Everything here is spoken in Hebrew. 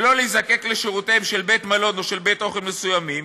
שלא להיזקק לשירותיהם של בית-מלון או של בית-אוכל מסוימים,